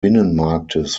binnenmarktes